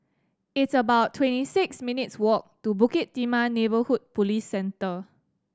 it's about twenty six minutes' walk to Bukit Timah Neighbourhood Police Centre